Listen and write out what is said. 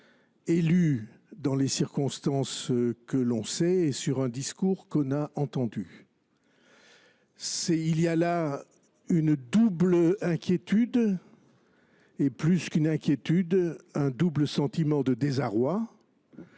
élu dans les circonstances que l’on sait et sur un discours qu’on a entendu… Il y a là une double inquiétude et, plus qu’une inquiétude, un double sentiment de désarroi.